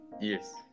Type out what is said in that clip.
Yes